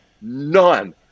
none